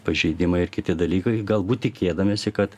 pažeidimai ir kiti dalykai galbūt tikėdamiesi kad